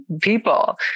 people